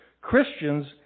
Christians